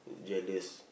jealous